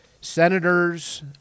senators